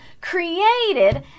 created